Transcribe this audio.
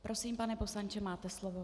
Prosím, pane poslanče, máte slovo.